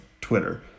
Twitter